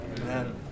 Amen